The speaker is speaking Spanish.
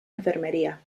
enfermería